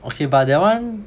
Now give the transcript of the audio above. okay but that one